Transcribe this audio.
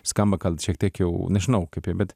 skamba gal šiek tiek jau nežinau kaip bet